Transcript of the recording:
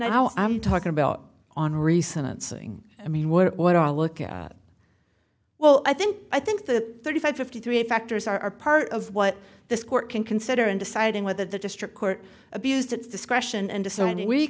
how i'm talking about on recent sing i mean what i'll look at well i think i think that thirty five fifty three factors are part of what this court can consider in deciding whether the district court abused its discretion and d